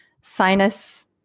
sinus